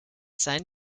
sein